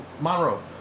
Monroe